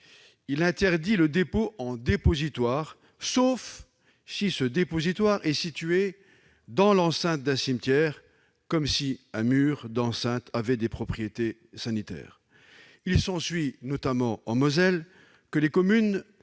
il interdit le dépôt « en dépositoire » sauf si le dépositoire est situé dans l'enceinte d'un cimetière, comme si un mur d'enceinte avait des propriétés sanitaires ... Il s'ensuit, notamment en Moselle, que les communes